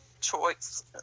choice